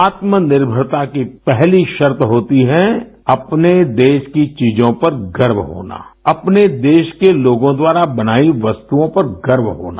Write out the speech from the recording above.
आत्मनिर्भरता की पहली शर्त होती है अपने देश की चीजों पर गर्व होना अपने देश के लोगों द्वारा बनाई वस्तुओं पर गर्व होना